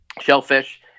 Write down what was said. shellfish